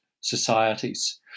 societies